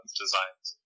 designs